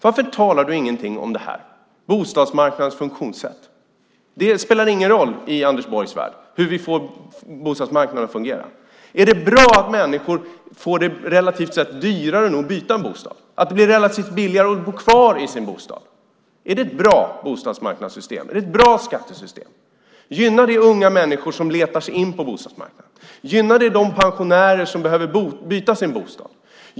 Varför talar du ingenting om detta - bostadsmarknadens funktionssätt? Det spelar i Anders Borgs värld inte någon roll hur vi får bostadsmarknaden att fungera. Är det bra att det relativt sett blir dyrare för människor att byta bostad och att det relativt sett blir billigare att bo kvar i sin bostad? Är det ett bra bostadsmarknadssystem? Är det ett bra skattesystem? Gynnar det unga människor som letar sig in på bostadsmarknaden? Gynnar det de pensionärer som behöver byta sin bostad?